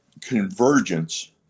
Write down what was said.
convergence